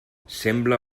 sembla